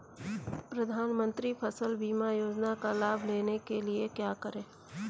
प्रधानमंत्री फसल बीमा योजना का लाभ लेने के लिए क्या करें?